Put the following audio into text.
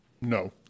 No